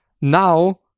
Now